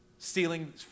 Stealing